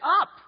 up